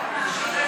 שמחה